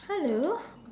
hello